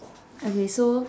okay so